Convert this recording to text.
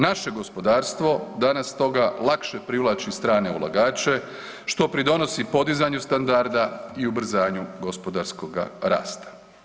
Naše gospodarstvo danas stoga lakše privlači strane ulagače, što pridonosi podizanju standarda i ubrzanju gospodarskoga rasta.